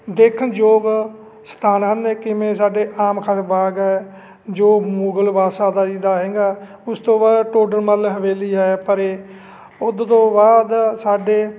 ਦੇਖਣਯੋਗ ਸਥਾਨ ਹਨ ਕਿਵੇਂ ਸਾਡੇ ਆਮ ਖਾਸ ਬਾਗ ਹੈ ਜੋ ਮੁਗਲ ਬਾਦਸ਼ਾਹ ਦਾ ਜੀ ਦਾ ਹੈਗਾ ਉਸ ਤੋਂ ਬਾਅਦ ਟੋਡਰ ਮੱਲ ਹਵੇਲੀ ਹੈ ਪਰੇ ਉਹਦੇ ਤੋਂ ਬਾਅਦ ਸਾਡੇ